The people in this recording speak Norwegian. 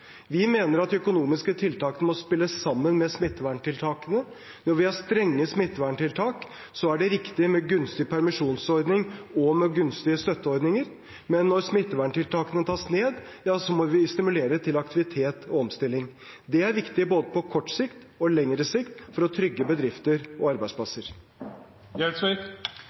Vi mener at de økonomiske tiltakene må spille sammen med smitteverntiltakene. Når vi har strenge smitteverntiltak, er det riktig med gunstige permisjonsordninger og gunstige støtteordninger. Men når smitteverntiltakene tas ned, må vi stimulere til aktivitet og omstilling. Det er viktig både på kort sikt og på lengre sikt for å trygge bedrifter og